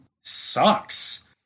sucks